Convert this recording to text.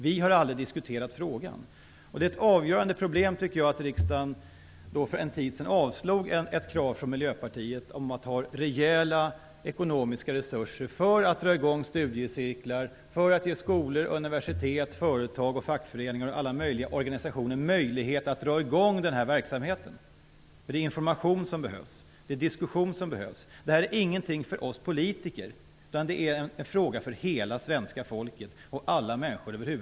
De har aldrig diskuterat frågan. Det är ett avgörande problem att riksdagen för en tid sedan avslog ett krav från Miljöpartiet på rejäla ekonomiska resurser för att dra i gång studiecirklar och för att ge skolor, universitet, företag och fackföreningar och alla möjliga organisationer möjlighet att dra i gång denna verksamhet. Det är information som behövs. Det är diskussion som behövs. Det är ingenting för oss politiker. Det är en fråga för hela svenska folket och alla människor.